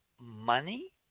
money